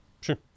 Sure